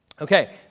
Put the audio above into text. Okay